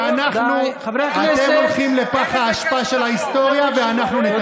כי ביקשנו שתהיה תחנה, תודה.